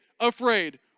afraid